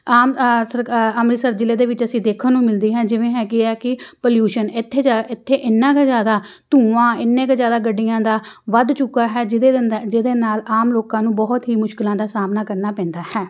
ਆਮ ਸਰਕ ਅੰਮ੍ਰਿਤਸਰ ਜ਼ਿਲ੍ਹੇ ਦੇ ਵਿੱਚ ਐਸੀ ਦੇਖਣ ਨੂੰ ਮਿਲਦੀ ਹੈ ਜਿਵੇਂ ਹੈਗੀ ਹੈ ਕਿ ਪੋਲਿਊਸ਼ਨ ਇੱਥੇ ਜ਼ਿ ਇੱਥੇ ਇੰਨਾ ਕੁ ਜ਼ਿਆਦਾ ਧੂੰਆਂ ਇੰਨੇੇ ਕੁ ਜ਼ਿਆਦਾ ਗੱਡੀਆਂ ਦਾ ਵੱਧ ਚੁੱਕਾ ਹੈ ਜਿਹਦੇ ਅੰਦਰ ਜਿਹਦੇ ਨਾਲ ਆਮ ਲੋਕਾਂ ਨੂੰ ਬਹੁਤ ਹੀ ਮੁਸ਼ਕਲਾਂ ਦਾ ਸਾਹਮਣਾ ਕਰਨਾ ਪੈਂਦਾ ਹੈ